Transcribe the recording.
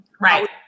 Right